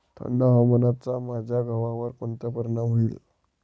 थंड हवामानाचा माझ्या गव्हावर कोणता परिणाम होईल?